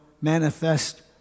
manifest